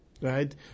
right